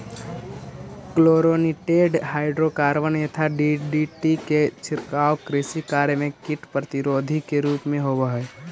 chlorinated hydrocarbon यथा DDT के छिड़काव कृषि कार्य में कीट प्रतिरोधी के रूप में होवऽ हई